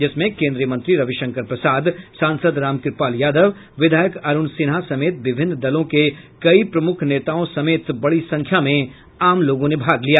जिसमें केन्द्रीय मंत्री रविशंकर प्रसाद सांसद रामकृपाल यादव विधायक अरूण सिन्हा समेत विभिन्न दलों के कई प्रमुख नेताओं समेत बड़ी संख्या में आम लोगों ने भाग लिया